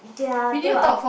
there are two